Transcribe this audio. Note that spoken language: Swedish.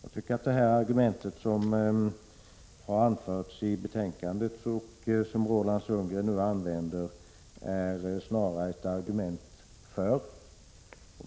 Jag tycker att det argument som anförts i betänkandet och som Roland Sundgren nu använder snarare är ett argument för detta.